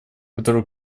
которые